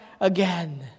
again